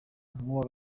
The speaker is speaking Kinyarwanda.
n’uwa